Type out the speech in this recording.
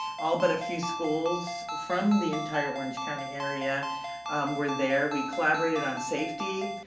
all but a few schools from the entire orange county area were there, we collaborated on safety,